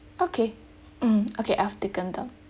okay mm okay I've taken down